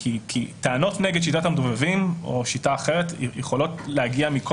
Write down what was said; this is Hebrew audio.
טענות נגד שיטת המדובבים או שיטה אחרת יכולות להגיע מכל